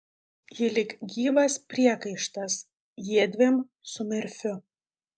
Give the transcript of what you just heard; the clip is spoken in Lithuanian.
ji lyg gyvas priekaištas jiedviem su merfiu